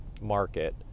market